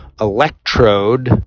electrode